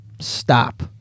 Stop